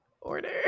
order